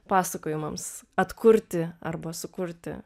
pasakojimams atkurti arba sukurti